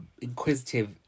inquisitive